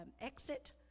exit